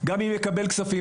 גם אם יקבל כספים,